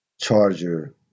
Charger